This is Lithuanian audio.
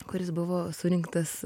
kuris buvo surinktas